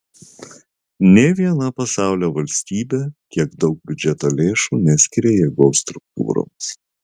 nė viena pasaulio valstybė tiek daug biudžeto lėšų neskiria jėgos struktūroms